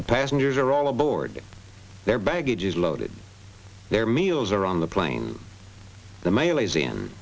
the passengers are all aboard their baggage is loaded their meals are on the plane the mal